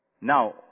now